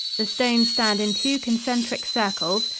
the stones stand in two concentric circles,